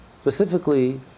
specifically